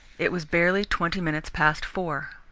it was barely twenty minutes past four.